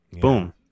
Boom